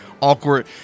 awkward